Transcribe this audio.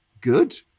good